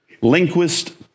Linguist